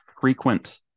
frequent